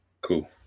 Cool